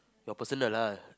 your personal lah